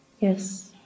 Yes